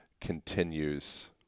continues